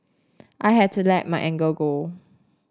I had to let my anger go